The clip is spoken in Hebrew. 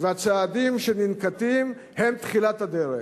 והצעדים שננקטים הם תחילת הדרך.